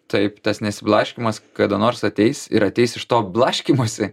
taip tas nesiblaškymas kada nors ateis ir ateis iš to blaškymosi